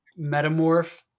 metamorph